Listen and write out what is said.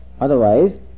Otherwise